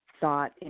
thought